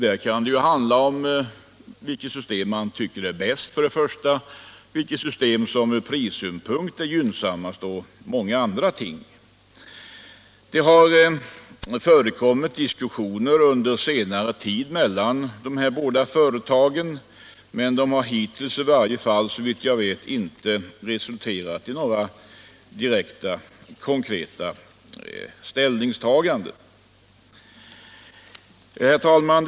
Där kan det handla om vilket system man tycker är mest effektivt, vilket system som från prissynpunkt är gynnsammast och många andra ting. Det har förekommit överläggningar under senare tid mellan de båda företagen, men de har hittills — i varje fall såvitt jag vet — inte resulterat i några direkta konkreta ställningstaganden. Herr talman!